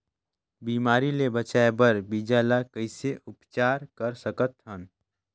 बिमारी ले बचाय बर बीजा ल कइसे उपचार कर सकत हन?